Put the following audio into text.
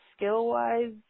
Skill-wise